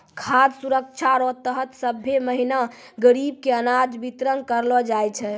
खाद सुरक्षा रो तहत सभ्भे महीना गरीब के अनाज बितरन करलो जाय छै